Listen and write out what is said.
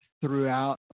throughout